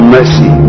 Mercy